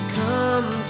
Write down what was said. come